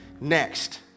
next